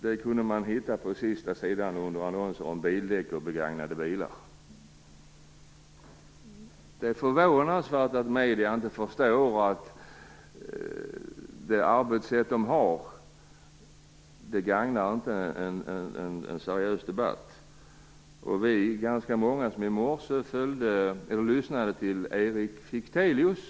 Det kunde man läsa på sista sidan under annonser om bildäck och begagnade bilar. Det är förvånande att medierna inte förstår att det sätt man arbetar på inte gagnar en seriös debatt. Vi var ganska många som i morse lyssnade till Erik Fichtelius.